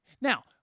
Now